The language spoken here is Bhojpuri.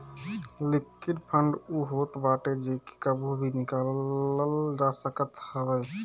लिक्विड फंड उ होत बाटे जेके कबो भी निकालल जा सकत हवे